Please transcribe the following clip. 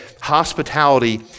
hospitality